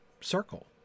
circle